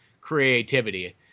creativity